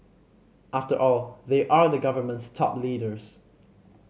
after all they are the government's top leaders